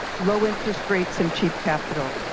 low interest rates and cheap capital.